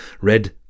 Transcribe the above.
Red